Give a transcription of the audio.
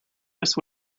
just